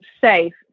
safe